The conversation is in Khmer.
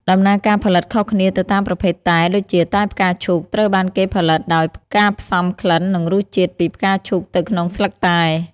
ដំណើរការផលិតខុសគ្នាទៅតាមប្រភេទតែ ដូចជា តែផ្កាឈូក ត្រូវបានគេផលិតដោយការផ្សំក្លិននិងរសជាតិពីផ្កាឈូកទៅក្នុងស្លឹកតែ។